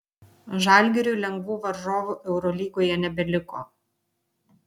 žalgiriui lengvų varžovų eurolygoje nebeliko